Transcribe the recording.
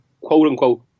quote-unquote